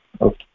Okay